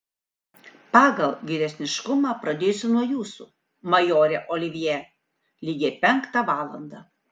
pagal vyresniškumą pradėsiu nuo jūsų majore olivjė lygiai penktą valandą